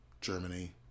Germany